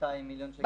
200 מיליון שקלים.